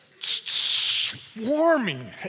swarming